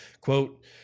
Quote